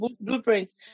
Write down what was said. blueprints